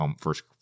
first